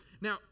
Now